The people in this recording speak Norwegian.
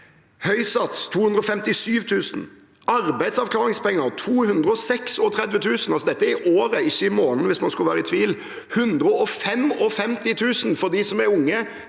høy sats 257 000 kr, arbeidsavklaringspenger 236 000 kr – og dette er i året, ikke i måneden, hvis man skulle være i tvil. 155 000 kr for dem som er unge